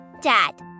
Dad